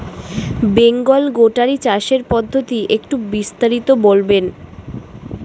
বেঙ্গল গোটারি চাষের পদ্ধতি একটু বিস্তারিত বলবেন?